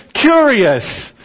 curious